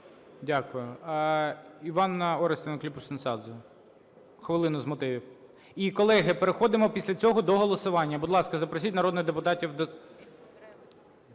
Дякую. Іванна Орестівна Климпуш-Цинцадзе, хвилину з мотивів. І, колеги, переходимо після цього до голосування. Будь ласка, запросіть народних депутатів.